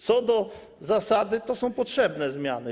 Co do zasady to są potrzebne zmiany.